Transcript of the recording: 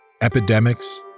epidemics